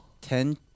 Ten